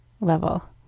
level